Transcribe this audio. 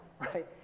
right